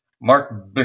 Mark